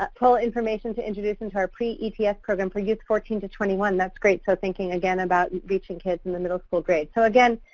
but information to introduce into our pre-ets program for youths fourteen to twenty one. that's great. so thinking, again, about reaching kids in the middle school grades. so, again,